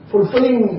fulfilling